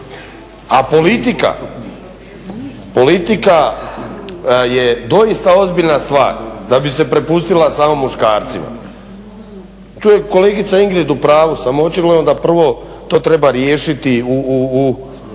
A politika je doista ozbiljna stvar da bi se prepustila samo muškarcima. Tu je kolegica Ingrid u pravu smo očigledno da to prvo treba riješiti u